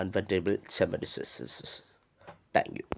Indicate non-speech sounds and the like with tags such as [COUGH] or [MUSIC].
comfortable [UNINTELLIGIBLE] thank you